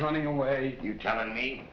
turning away you telling me